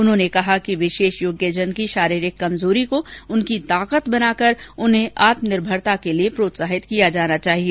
उन्होंने कहा कि विशेष योग्यजन की शारीरिक कमजोरी को उनकी ताकत बनाकर उन्हें आत्मनिर्भरता के लिए प्रोत्साहित किया जाना चाहिए